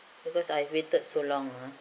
because I'd waited so long ah